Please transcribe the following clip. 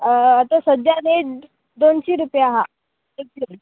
आतां सद्द्या रेट दोनशी रुपया आहा